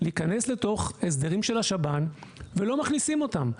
להיכנס לתוך הסדרים של השב"ן ולא מכניסים אותם.